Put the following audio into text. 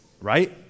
right